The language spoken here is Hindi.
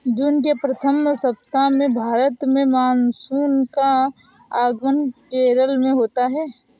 जून के प्रथम सप्ताह में भारत में मानसून का आगमन केरल में होता है